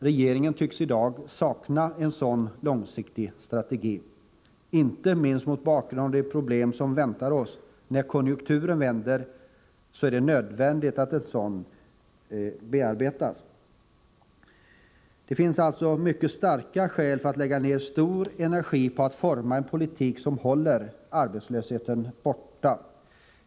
Regeringen tycks i dag sakna en långsiktig strategi. Inte minst mot bakgrund av de problem som väntar oss när konjunkturen vänder är det nödvändigt med en sådan strategi. Det finns alltså mycket starka skäl att lägga ned stor energi för att forma en politik som håller arbetslösheten borta.